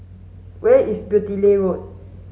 where is Beaulieu Road